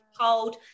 cold